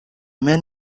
men